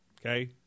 Okay